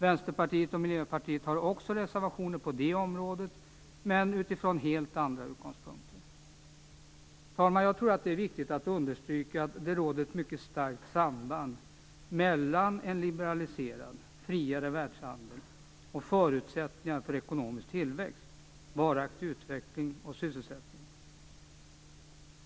Vänsterpartiet och Miljöpartiet har också reservationer på det området, men utifrån helt andra utgångspunkter. Herr talman! Jag tror att det är viktigt att understryka att det råder ett mycket starkt samband mellan en liberaliserad, friare världshandel och förutsättningar för ekonomisk tillväxt, varaktig utveckling och sysselsättning.